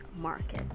market